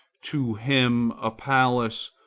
to him a palace,